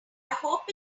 hope